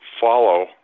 follow